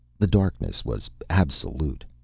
the darkness was absolute.